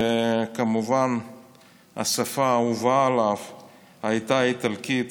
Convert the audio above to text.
וכמובן השפה האהובה עליו הייתה איטלקית,